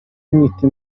kumwita